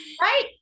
Right